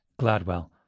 Gladwell